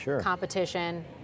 competition